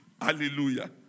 Hallelujah